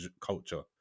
culture